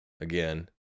again